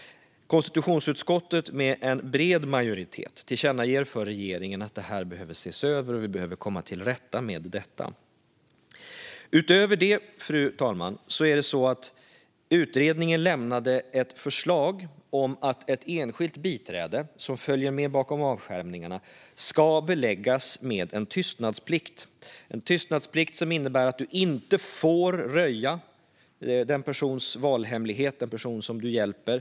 Konstitutionsutskottet tillkännager med en bred majoritet för regeringen att det behöver ses över och att vi behöver komma till rätta med det. Utöver det, fru talman, lämnade utredningen ett förslag om att ett enskilt biträde som följer med bakom avskärmningarna ska beläggas med en tystnadsplikt. Det är en tystnadsplikt som innebär att du inte får röja valhemligheten för den person som du hjälper.